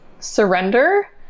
surrender